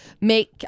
make –